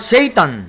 Satan